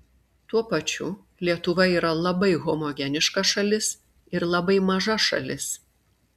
tuo pačiu lietuva yra labai homogeniška šalis ir labai maža šalis